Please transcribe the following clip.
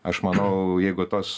aš manau jeigu tas